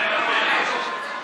אדוני השר?